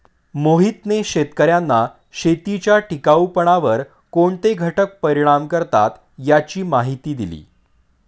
मोहितने शेतकर्यांना शेतीच्या टिकाऊपणावर कोणते घटक परिणाम करतात याची माहिती दिली